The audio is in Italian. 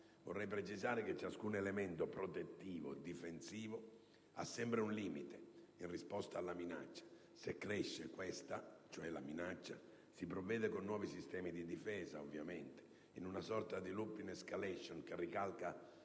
Vorrei precisare che ciascun elemento protettivo e difensivo ha sempre un limite in risposta alla minaccia: se cresce la minaccia, si provvede con nuovi sistemi di difesa, in una sorta di *loop* *in* *escalation* che ricalca